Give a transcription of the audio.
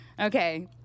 Okay